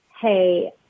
hey